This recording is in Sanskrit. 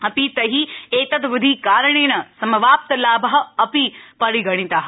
अपि तै एतत् विधिकारणेन समवाप्तलाभा अपि परिगणिता